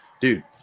dude